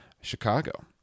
Chicago